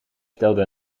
stelde